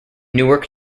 newark